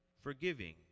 forgiving